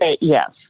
Yes